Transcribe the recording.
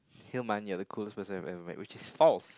hillman you're the coolest person I've ever met which is false